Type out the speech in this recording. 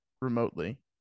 remotely